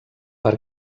per